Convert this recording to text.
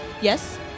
Yes